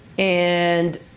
and